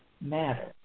matter